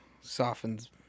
softens